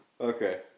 Okay